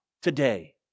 today